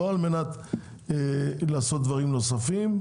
לא כדי לעשות דברים נוספים.